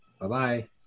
Bye-bye